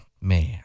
man